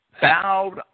bowed